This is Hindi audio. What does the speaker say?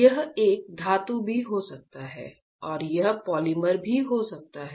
यह एक धातु भी हो सकता है और यह पॉलीमर भी हो सकता है